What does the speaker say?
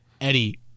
Eddie